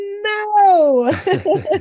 no